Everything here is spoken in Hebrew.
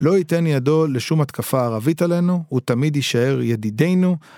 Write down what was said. לא ייתן ידו לשום התקפה ערבית עלינו, הוא תמיד יישאר ידידינו.